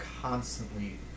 constantly